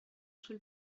sul